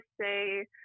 say